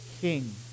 King